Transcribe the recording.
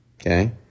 Okay